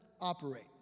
operate